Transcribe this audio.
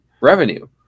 revenue